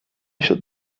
should